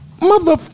mother